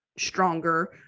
Stronger